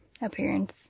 appearance